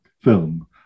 film